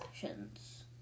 sessions